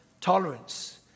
tolerance